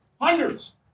hundreds